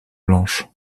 blanches